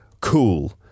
cool